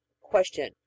Question